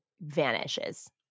vanishes